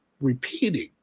repeating